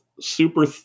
super